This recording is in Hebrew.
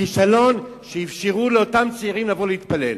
הכישלון הוא שאפשרו לאותם צעירים לבוא להתפלל.